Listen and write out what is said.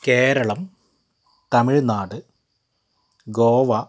Keralam Tamil Nadu Goa